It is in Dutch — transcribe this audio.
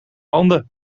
banden